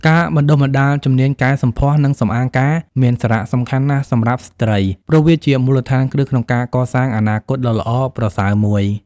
ការបណ្តុះបណ្តាលជំនាញកែសម្ផស្ស និងសម្អាងការមានសារៈសំខាន់ណាស់សម្រាប់ស្ត្រី ព្រោះវាជាមូលដ្ឋានគ្រឹះក្នុងការកសាងអនាគតដ៏ល្អប្រសើរមួយ។